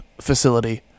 facility